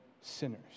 sinners